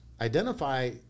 identify